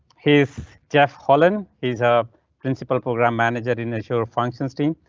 his jeff holland is a principle program manager in azure functions team.